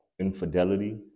infidelity